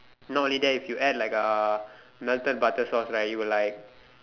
not only that if you add like uh melted butter sauce right it'll like